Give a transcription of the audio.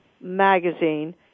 magazine